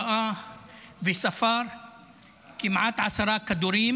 ראה וספר כמעט עשרה כדורים,